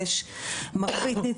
נראה לי ששמענו את הכול על הנושא